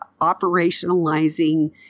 operationalizing